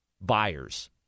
buyers